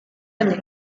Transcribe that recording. année